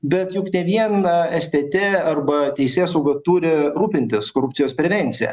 bet juk ne viena stt arba teisėsauga turi rūpintis korupcijos prevencija